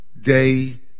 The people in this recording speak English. day